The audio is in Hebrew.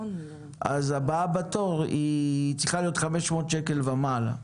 הבאה בתור היא צריכה להיות 500 שקלים ומעלה.